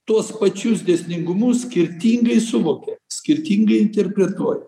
tuos pačius dėsningumus skirtingai suvokia skirtingai interpretuoja